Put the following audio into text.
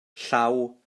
llaw